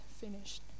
finished